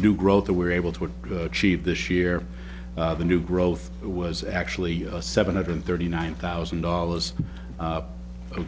new growth that we're able to achieve this year the new growth was actually a seven hundred thirty nine thousand dollars a